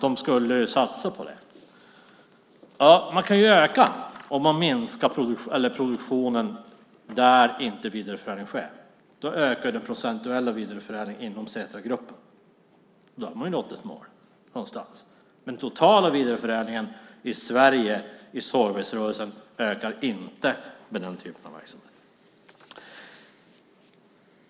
Det går att öka produktionen där vidareförädling inte sker. Då ökar den procentuella vidareförädlingen inom Setragruppen. Då har man nått ett mål - någonstans. Men den totala vidareförädlingen i sågverksrörelsen i Sverige ökar inte med den typen av verksamhet.